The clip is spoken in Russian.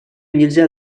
нельзя